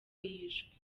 yishwe